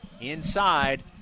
inside